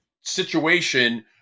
situation